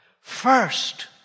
first